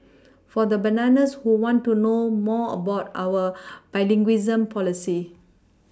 for the bananas who want to know more about our bilingualism policy